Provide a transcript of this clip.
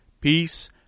Peace